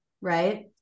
right